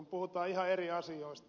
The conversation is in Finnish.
puhutaan ihan eri asioista